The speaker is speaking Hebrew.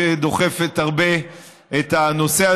שדוחפת הרבה את הנושא,